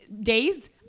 days